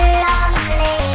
lonely